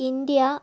India